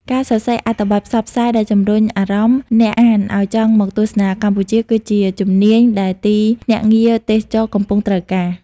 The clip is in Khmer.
ការសរសេរអត្ថបទផ្សព្វផ្សាយ ដែលជំរុញអារម្មណ៍អ្នកអានឱ្យចង់មកទស្សនាកម្ពុជា គឺជាជំនាញដែលទីភ្នាក់ងារទេសចរណ៍កំពុងត្រូវការ។